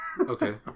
Okay